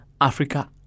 Africa